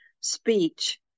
speech